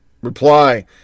Reply